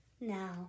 now